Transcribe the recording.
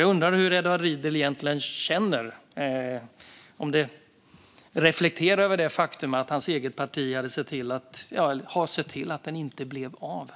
Jag undrar hur Edward Riedl egentligen känner och om han reflekterar över det faktum att hans eget parti har sett till att den inte blev av.